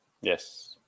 yes